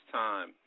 time